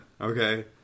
Okay